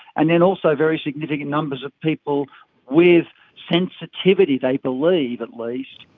and then also very significant numbers of people with sensitivity, they believe at least,